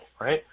Right